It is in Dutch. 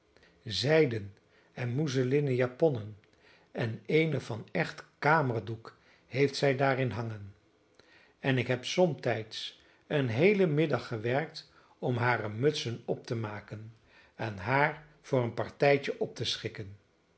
zijden en mousselinen japonnen en eene van echt kamerdoek heeft zij daarin hangen en ik heb somtijds een heelen middag gewerkt om hare mutsen op te maken en haar voor een partijtje op te schikken